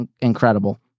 Incredible